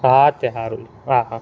હા તે સારું લે હા હા